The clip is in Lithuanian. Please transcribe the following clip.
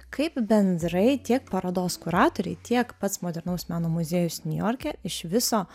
kaip bendrai tiek parodos kuratoriai tiek pats modernaus meno muziejus niujorke iš viso